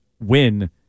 win